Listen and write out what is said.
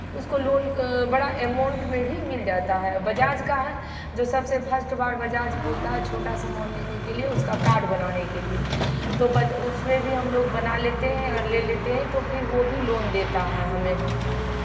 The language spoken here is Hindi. उसको लोन बड़ा एमाउंट में भी मिल जाता है बजाज का है जो सबसे फर्स्ट बार बजाज बोलता है छोटा सा अमाउन्ट लेने के लिए उसका कार्ड बनवाने के लिए तो बज उसमें भी हम लोग बना लेते हैं और ले लेते हैं तो फिर वो भी लोन देता है हमें